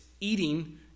eating